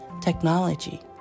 technology